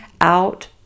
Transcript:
out